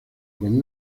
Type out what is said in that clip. con